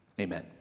Amen